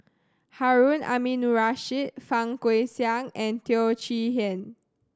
Harun Aminurrashid Fang Guixiang and Teo Chee Hean